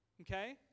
Okay